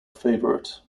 favorite